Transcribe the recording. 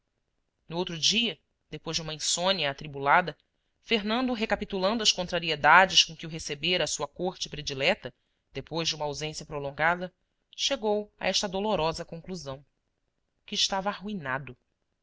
no outro dia depois de uma insônia atribulada fernando recapitulando as contrariedades com que o recebera a sua corte predileta depois de uma ausência prolongada chegou a esta dolorosa conclusão que estava arruinado